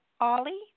Ollie